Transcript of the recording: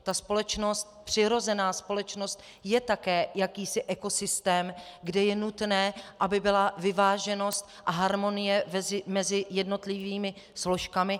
Ta společnost, přirozená společnost je také jakýsi ekosystém, kde je nutné, aby byla vyváženost a harmonie mezi jednotlivými složkami.